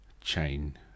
chain